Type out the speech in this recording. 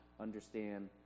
understand